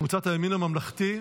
קבוצת הימין הממלכתי,